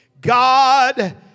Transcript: God